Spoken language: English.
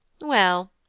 Well